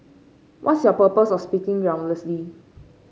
what's your purpose of speaking groundlessly